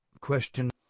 Question